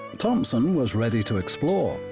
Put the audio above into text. thompson was ready to explore,